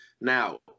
Now